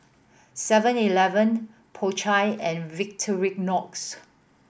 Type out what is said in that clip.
Seven Eleven Po Chai and Victorinox